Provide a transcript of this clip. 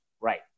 right